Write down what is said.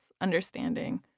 understanding